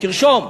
תרשום.